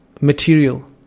material